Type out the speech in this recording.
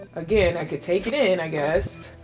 again, i could take it in, i guess.